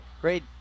Great